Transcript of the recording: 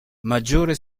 maggiore